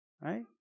right